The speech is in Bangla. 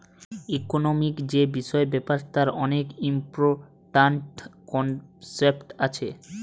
ইকোনোমিক্ যে বিষয় ব্যাপার তার অনেক ইম্পরট্যান্ট কনসেপ্ট আছে